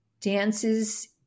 dances